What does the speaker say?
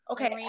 Okay